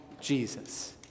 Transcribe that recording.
Jesus